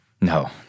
No